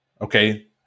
Okay